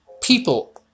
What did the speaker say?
people